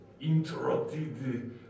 interrupted